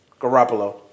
Garoppolo